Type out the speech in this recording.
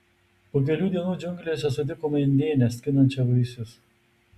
po kelių dienų džiunglėse sutikome indėnę skinančią vaisius